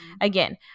Again